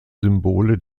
symbole